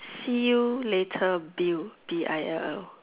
see you later Bill B I L L